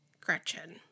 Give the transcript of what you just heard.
Gretchen